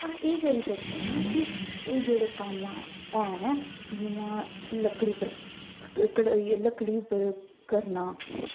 अस एह् करी सकने आं कि एह् जेह्ड़े कम्म आ है न जि'यां लकड़ी पर लकड़ी उप्पर करनां